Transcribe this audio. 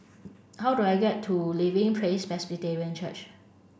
how do I get to Living Praise Presbyterian Church